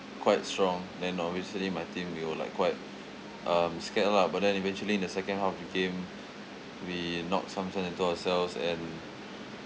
quite strong then obviously my team we were like quite um scared lah but then eventually in the second half of the game we knocked some sense into ourselves and